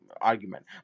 argument